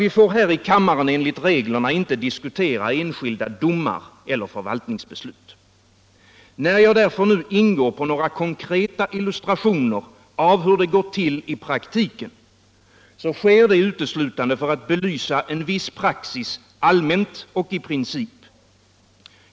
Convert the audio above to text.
Vi får här i kammaren enligt reglerna inte diskutera enskilda domar eller förvaltningsbeslut. När jag nu ingår på några konkreta illustrationer av hur det går till i praktiken sker det därför uteslutande för att belysa en viss praxis allmänt och i princip.